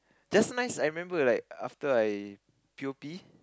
just nice I remember like after I p_o_p